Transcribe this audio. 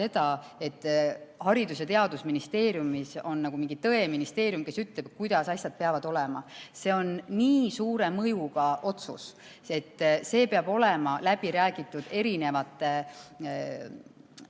et Haridus- ja Teadusministeerium on mingi tõeministeerium, kes ütleb, kuidas asjad peavad olema. See on nii suure mõjuga otsus, et see peab olema läbi räägitud erinevate